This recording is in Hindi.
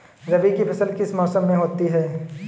रबी की फसल किस मौसम में होती है?